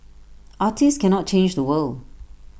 artists cannot change the world